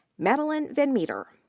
madeline van meter.